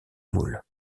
moule